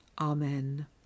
Amen